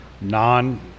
non